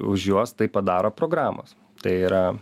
už juos tai padaro programos tai yra